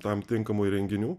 tam tinkamų įrenginių